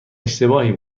اشتباهی